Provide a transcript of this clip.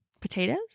potatoes